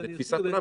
זה תפיסת עולם,